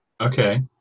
Okay